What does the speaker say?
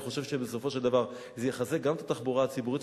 אני חושב שבסופו של דבר זה יחזק גם את התחבורה הציבורית.